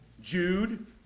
Jude